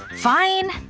fine.